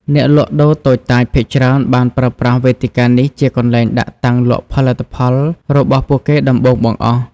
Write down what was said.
អ្នកលក់ដូរតូចតាចភាគច្រើនបានប្រើប្រាស់វេទិកានេះជាកន្លែងដាក់តាំងលក់ផលិតផលរបស់ពួកគេដំបូងបង្អស់។